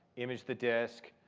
image the disk,